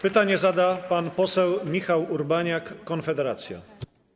Pytanie zada pan poseł Michał Urbaniak, Konfederacja.